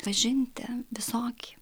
pažinti visokį